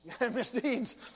Misdeeds